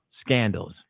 scandals